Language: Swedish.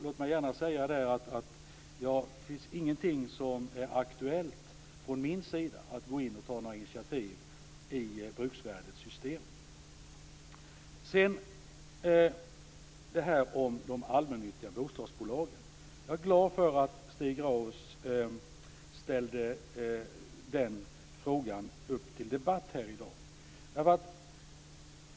Låt mig säga att det inte är aktuellt från min sida att gå in och ta några initiativ när det gäller bruksvärdessystemet. När det gäller de allmännyttiga bostadsbolagen är jag glad för att Stig Grauers tog upp frågan till debatt här i dag.